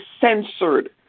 censored